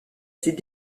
s’est